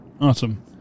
Awesome